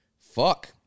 fuck